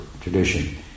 tradition